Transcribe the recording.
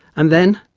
and then,